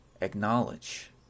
acknowledge